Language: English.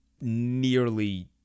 nearly